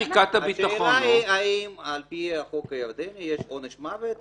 השאלה היא האם על פי החוק הירדני יש עונש מוות,